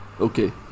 Okay